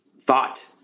thought-